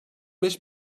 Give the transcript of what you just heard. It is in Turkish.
beş